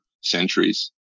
centuries